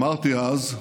אמרתי אז,